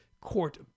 court